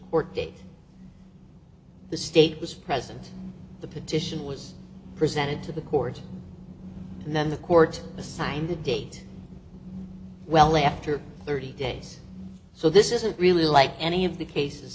date the state was present the petition was presented to the court and then the court assigned a date well after thirty days so this isn't really like any of the cases